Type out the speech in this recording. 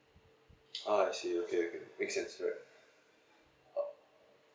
ah I see okay okay make sense right